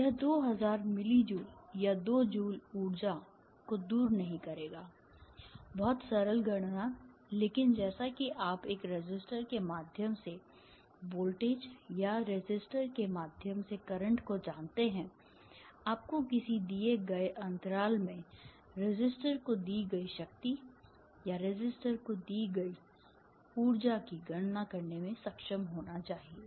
यह 2000 millijoule या 2 joule ऊर्जा को दूर नहीं करेगा बहुत सरल गणना लेकिन जैसा कि आप एक रेसिस्टर के माध्यम से वोल्टेज या रेसिस्टर के माध्यम से करंट को जानते हैं आपको किसी दिए गए अंतराल में रेसिस्टर को दी गई शक्ति या रेसिस्टर को दी गई ऊर्जा की गणना करने में सक्षम होना चाहिए